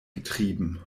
getrieben